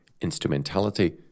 instrumentality